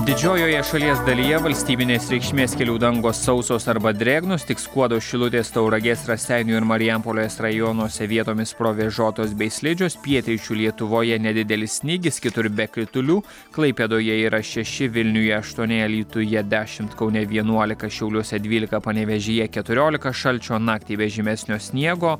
didžiojoje šalies dalyje valstybinės reikšmės kelių dangos sausos arba drėgnos tik skuodo šilutės tauragės raseinių ir marijampolės rajonuose vietomis provėžotos bei slidžios pietryčių lietuvoje nedidelis snygis kitur be kritulių klaipėdoje yra šeši vilniuje aštuoni alytuje dešimt kaune vienuolika šiauliuose dvylika panevėžyje keturiolika šalčio naktį be žymesnio sniego